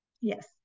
Yes